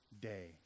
day